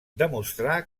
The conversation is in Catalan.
demostrà